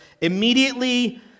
Immediately